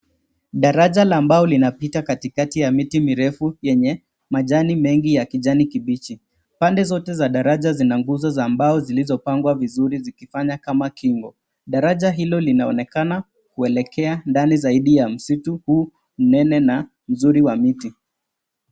Daraja la mbao linapita katikati ya miti mirefu yenye majani mengi ya kijani kibichi. Pande zote za daraja zina nguzo za mbao zilizopangwa vizuri na kufanya kama kingo. Daraja hilo linaonekana kuelekea ndani zaidi ya msitu huu mnene na mzuri wa miti.